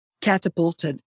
catapulted